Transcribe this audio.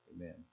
Amen